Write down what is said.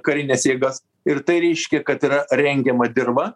karines jėgas ir tai reiškia kad yra rengiama dirva